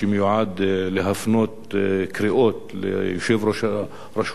להפנות קריאות ליושב-ראש הרשות הפלסטינית,